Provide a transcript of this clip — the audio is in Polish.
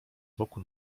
boku